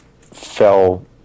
fell